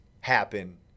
happen